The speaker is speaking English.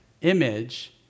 image